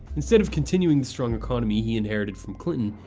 instead of continuing the strong economy he inherited from clinton,